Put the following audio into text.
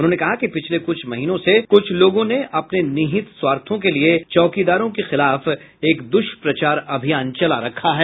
उन्होंने कहा कि पिछले कुछ महीनों से कुछ लोगों ने अपने निहित स्वार्थो के लिए चौकीदारों के खिलाफ एक दुष्प्रचार अभियान चला रखा है